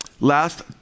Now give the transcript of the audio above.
last